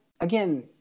again